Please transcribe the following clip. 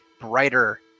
brighter